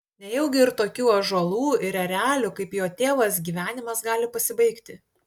nejaugi ir tokių ąžuolų ir erelių kaip jo tėvas gyvenimas gali pasibaigti